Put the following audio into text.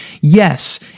Yes